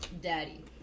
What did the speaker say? Daddy